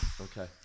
okay